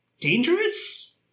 dangerous